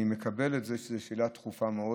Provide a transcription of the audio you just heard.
אני מקבל שזאת שאילתה דחופה מאוד,